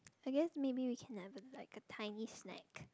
I guess maybe we can have a like a tiny snack